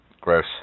Gross